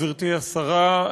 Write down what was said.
גברתי השרה,